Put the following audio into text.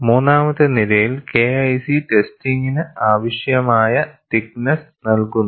മൂന്നാമത്തെ നിരയിൽ KIC ടെസ്റ്റിന് ആവശ്യമായ തിക്ക് നെസ്സ് നൽകുന്നു